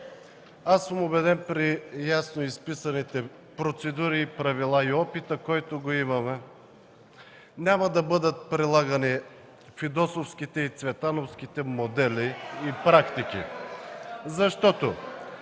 Аз съм убеден – при ясно изписаните процедури и правила, и от опита, който имаме, че няма да бъдат прилагани фидосовските и цветановските модели и практики (шум,